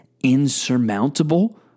insurmountable